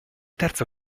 terzo